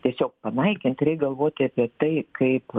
tiesiog panaikint reik galvoti apie tai kaip